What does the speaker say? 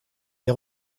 les